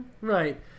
right